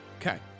Okay